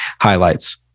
highlights